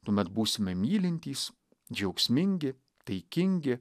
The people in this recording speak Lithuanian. tuomet būsime mylintys džiaugsmingi taikingi